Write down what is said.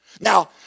Now